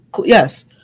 Yes